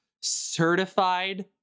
certified